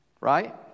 Right